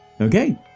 Okay